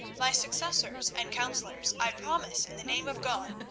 my successors and councillors, i promise in the name of god,